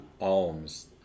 Alms